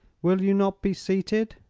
will you not be seated,